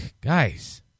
guys